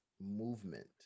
movement